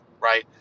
right